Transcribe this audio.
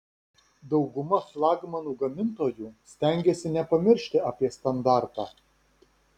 dauguma flagmanų gamintojų stengiasi nepamiršti apie standartą